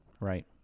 right